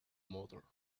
mother